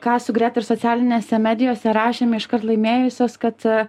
ką su greta ir socialinėse medijose rašėme iškart laimėjusios kad